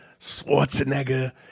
Schwarzenegger